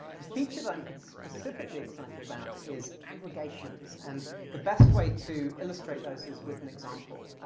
the feature that i'm but specifically excited about is aggregations, and the best way to illustrate those is with an example.